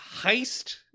heist